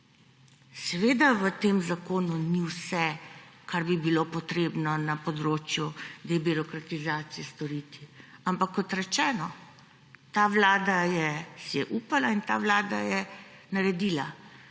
Seveda v tem zakonu ni vsega, kar bi bilo potrebno na področju debirokratizacije storiti, ampak kot rečeno, ta vlada si je upala in ta vlada je naredila.